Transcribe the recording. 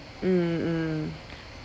mm mm